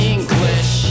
English